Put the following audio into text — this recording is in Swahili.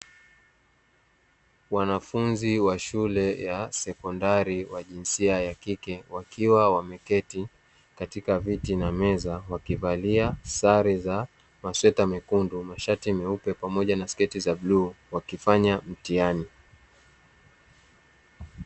Wanafunzi wa shule ya sekondari wa jinsia ya kike, wakiwa wameketi katika viti na meza, wakivalia sare za masweta mekundu, mashati meupe pamoja na sketi za bluu, wakifanya mtihani.